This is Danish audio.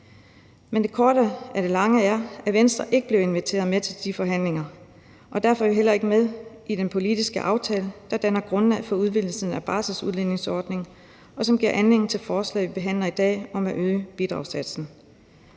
af det lange er, at Venstre ikke blev inviteret med til de forhandlinger, og derfor er vi heller ikke med i den politiske aftale, der danner grundlag for udvidelsen af barselsudligningsordningen, og som giver anledning til det forslag, vi behandler i dag, om at øge bidragssatsen.